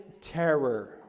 terror